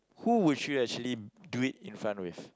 who would you actually do it in front with